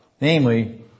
Namely